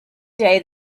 day